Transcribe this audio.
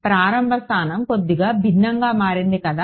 ప్రారంభ స్థానం కొద్దిగా భిన్నంగా మారింది కదా